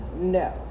no